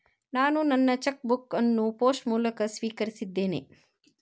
ನಾನು ನನ್ನ cheque book ಅನ್ನು ಪೋಸ್ಟ್ ಮೂಲಕ ಸ್ವೀಕರಿಸಿದ್ದೇನೆ